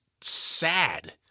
sad